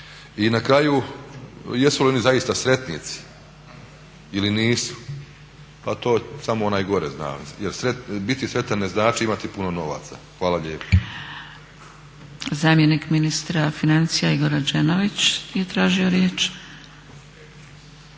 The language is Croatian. I na kraju, jesu li oni zaista sretnici ili nisu, a to samo onaj gore zna. Jer biti sretan ne znači imati puno novaca. Hvala lijepo. **Zgrebec, Dragica (SDP)** Zamjenik ministra financija Igor Rađenović je tražio riječ.